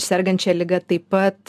sergant šia liga taip pat